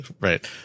Right